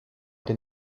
den